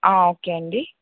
okay అండి